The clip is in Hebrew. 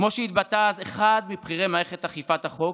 כמו שהתבטא אז אחד מבכירי מערכת אכיפת החוק,